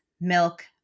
milk